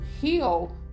heal